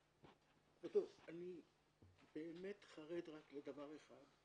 אני באמת חרד רק לדבר אחד: